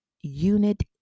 unit